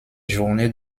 journée